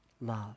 love